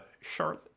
Charlotte